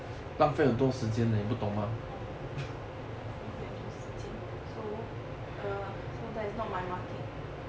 oh 浪费很多时间 so err so that is not my market